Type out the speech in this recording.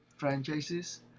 franchises